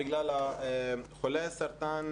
בגלל שחולי סרטן,